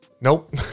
Nope